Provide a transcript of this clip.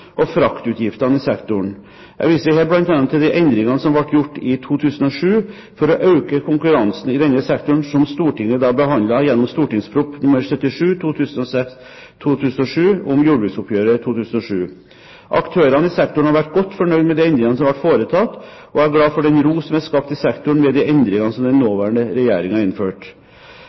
og fraktutgiftene i sektoren. Jeg viser her bl.a. til de endringene som ble gjort i 2007, for å øke konkurransen i denne sektoren, som Stortinget behandlet gjennom St.prp. nr. 77 for 2006–2007, Om jordbruksoppgjøret 2007. Aktørene i sektoren har vært godt fornøyde med de endringene som ble foretatt, og jeg er glad for den ro som er skapt i sektoren, med de endringene som den nåværende regjeringen innførte. Jeg har